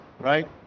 right